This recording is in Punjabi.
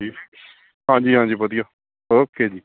ਹਾਂਜੀ ਹਾਂਜੀ ਵਧੀਆ ਓਕੇ ਜੀ